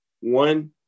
one